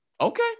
Okay